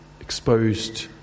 exposed